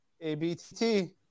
A-B-T-T